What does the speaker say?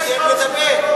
לדבר.